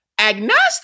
agnostic